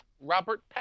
Robert